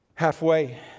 Halfway